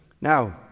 Now